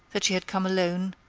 that she had come alone,